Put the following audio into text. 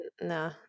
No